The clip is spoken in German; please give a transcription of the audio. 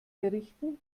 berichten